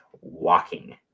walking